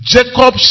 Jacob